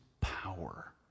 power